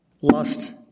Lost